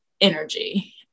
energy